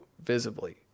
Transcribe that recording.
visibly